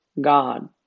God